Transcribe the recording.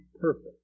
perfect